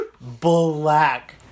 black